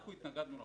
אנחנו התנגדנו לחוק,